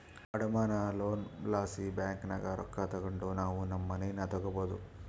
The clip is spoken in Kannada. ಅಡಮಾನ ಲೋನ್ ಲಾಸಿ ಬ್ಯಾಂಕಿನಾಗ ರೊಕ್ಕ ತಗಂಡು ನಾವು ನಮ್ ಮನೇನ ತಗಬೋದು